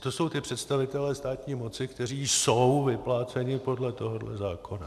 To jsou ti představitelé státní moci, kteří jsou vypláceni podle tohoto zákona.